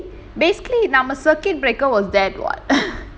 basically basically நாம:naama circuit breaker was that what